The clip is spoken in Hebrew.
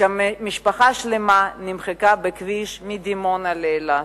כשמשפחה שלמה נמחקה על הכביש מדימונה לאילת.